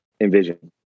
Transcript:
envision